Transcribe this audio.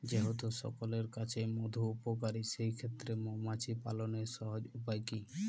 যেহেতু সকলের কাছেই মধু উপকারী সেই ক্ষেত্রে মৌমাছি পালনের সহজ উপায় কি?